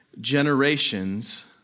generations